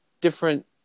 different